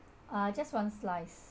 uh just one slice